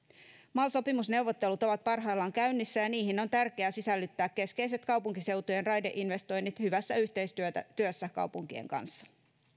mal sopimusneuvottelut ovat parhaillaan käynnissä ja niihin on tärkeää sisällyttää keskeiset kaupunkiseutujen raideinvestoinnit hyvässä yhteistyössä kaupunkien kanssa